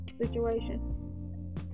situation